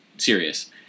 serious